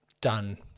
done